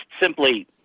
simply